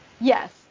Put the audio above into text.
Yes